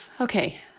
Okay